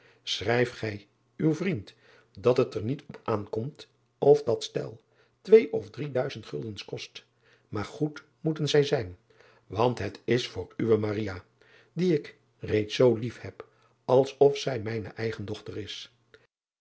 schrijf gij uw vriend dat het er niet op aankomt of dat stel twee of drie duizend guldens kost maar goed moeten zij zijn want het is voor uwe die ik reeds zoo lief heb als of zij mijne eigen dochter is